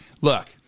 look